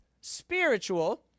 spiritual